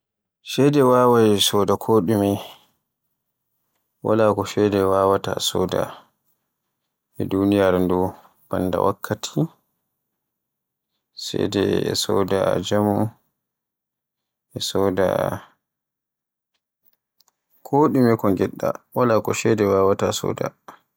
Ceede e wawaay soda koɗume, wala ko ceede wawaata soda banda wakkati, ceede e soda jaamu, e soda kodume kon ngiɗɗa wala ko ceede wawaata soda e duniyaaru ndu.